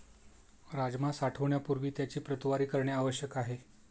राजमा साठवण्यापूर्वी त्याची प्रतवारी करणे आवश्यक आहे